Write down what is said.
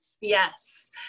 Yes